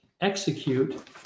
execute